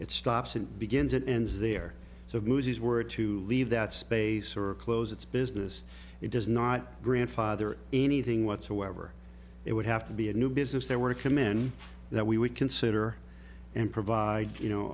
it stops and begins and ends there so the movies were to leave that space or close its business it does not grandfather anything whatsoever it would have to be a new business there were a command that we would consider and provide you know